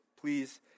please